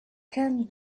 can